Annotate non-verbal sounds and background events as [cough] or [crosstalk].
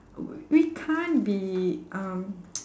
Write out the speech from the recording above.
we can't be um [noise]